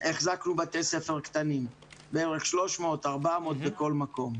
החזקנו בתי-ספר קטנים - בערך 300, 400 בכל מקום.